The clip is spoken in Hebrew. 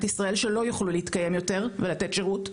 ישראל שלא יוכלו להתקיים יותר ולתת שירות,